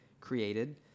created